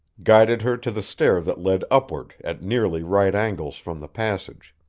guided her to the stair that led upward at nearly right angles from the passage.